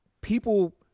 people